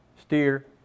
steer